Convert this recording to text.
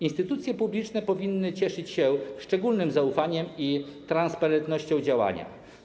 Instytucje publiczne powinny cieszyć się szczególnym zaufaniem i transparentnością działania.